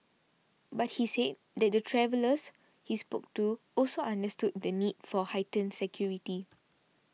but he said that the travellers he spoke to also understood the need for heightened security